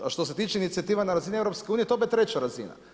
A što se tiče inicijativa na razini EU to je opet treća razina.